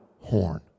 horn